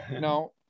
no